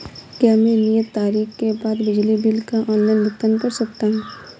क्या मैं नियत तारीख के बाद बिजली बिल का ऑनलाइन भुगतान कर सकता हूं?